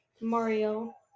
Mario